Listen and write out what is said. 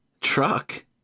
truck